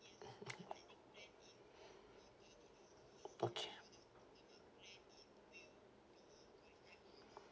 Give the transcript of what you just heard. okay